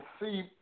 see